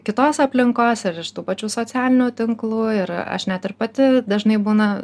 kitos aplinkos ir iš tų pačių socialinių tinklų ir aš net ir pati dažnai būna